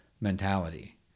mentality